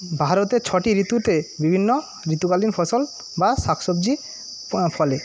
ভারতে ছটি ঋতুতে বিভিন্ন ঋতুকালীন ফসল বা শাকসবজি ফলে